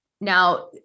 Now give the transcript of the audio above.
Now